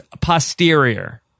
posterior